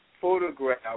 Photograph